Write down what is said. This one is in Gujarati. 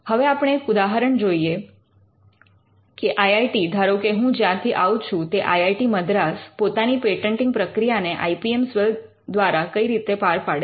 હવે આપણે એક ઉદાહરણ જોઈએ કે આઇ આઇ ટી ધારો કે હું જ્યાંથી આવું છું તે I I T Madras IIT Madras પોતાની પેટન્ટિંગ પ્રક્રિયાને આઇ પી એમ સેલ દ્વારા કઈ રીતે પાર પાડે છે